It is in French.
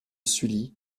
sully